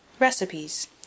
Recipes